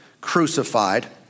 crucified